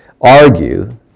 argue